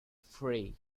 free